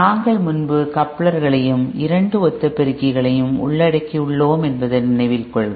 நாங்கள் முன்பு கப்ளர்களையும் இரண்டு ஒத்த பெருக்கிகளையும் உள்ளடக்கியுள்ளோம் என்பதை நினைவில் கொள்க